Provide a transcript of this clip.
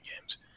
Games